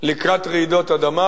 לקראת רעידות אדמה?